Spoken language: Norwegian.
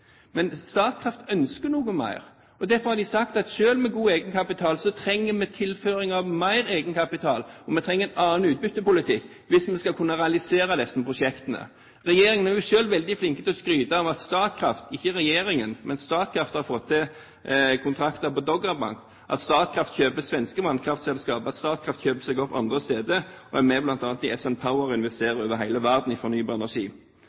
Men Statkraft ønsker noe mer. Derfor har de sagt at selv med god egenkapital trenger vi tilføring av mer egenkapital, og vi trenger en annen utbyttepolitikk, hvis vi skal kunne realisere disse prosjektene. Regjeringen er jo selv veldig flink til å skryte av at Statkraft – ikke regjeringen, men Statkraft – har fått til kontrakter på Doggerbank, at Statkraft kjøper svenske vannkraftselskaper, at Statkraft kjøper seg opp andre steder og bl.a. er med i SN Power og over hele verden investerer i fornybar energi.